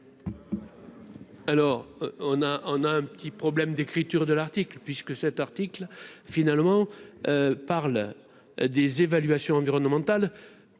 Alors on a, on a un petit problème d'écriture de l'article, puisque cet article finalement parle des évaluations environnementales